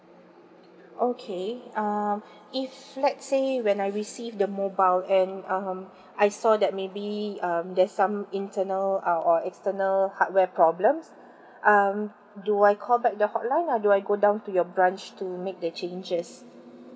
okay um if let's say when I receive the mobile and um I saw that maybe um there's some internal uh or external problem hardware problem um do I call back the hotline or do I go down to your branch to make the changes